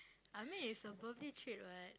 I mean it's a birthday treat [what]